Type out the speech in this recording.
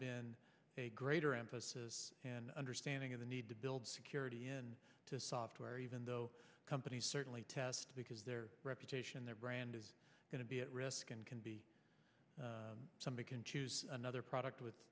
been a greater emphasis and understanding of the need to build security in software even though companies certainly test because their reputation their brand is going to be at risk and can be somebody can choose another product with